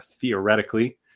theoretically